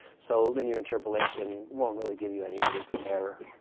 so linear interpolation won't really give you any meaningful error.